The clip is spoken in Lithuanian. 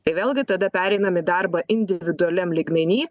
tai vėlgi tada pereinam į darbą individualiam lygmeny